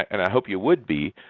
and i hope you would be,